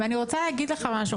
ואני רוצה להגיד לך משהו,